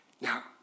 now